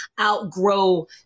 outgrow